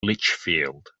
lichfield